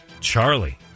Charlie